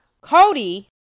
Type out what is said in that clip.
Cody